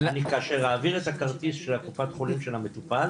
כאשר אני אעביר את הכרטיס של קופת החולים של המטופל,